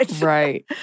Right